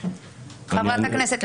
בבקשה.